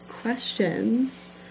questions